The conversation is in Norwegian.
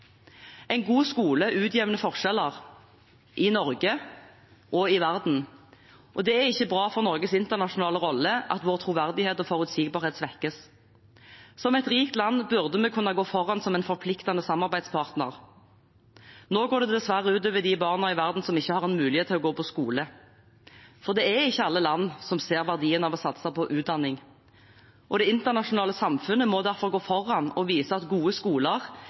En god skole utjevner forskjeller – i Norge og i verden – og det er ikke bra for Norges internasjonale rolle at vår troverdighet og forutsigbarhet svekkes. Som et rikt land burde vi kunne gå foran som en forpliktende samarbeidspartner. Nå går det dessverre ut over de barna i verden som ikke har mulighet til å gå på skole. Det er ikke alle land som ser verdien av å satse på utdanning. Det internasjonale samfunnet må derfor gå foran og vise at gode skoler